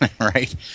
right